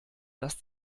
dass